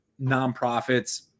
nonprofits